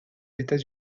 états